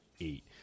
eight